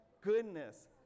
goodness